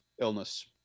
illness